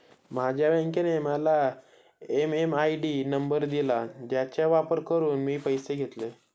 माझ्या बँकेने मला एम.एम.आय.डी नंबर दिला ज्याचा वापर करून मी पैसे घेतले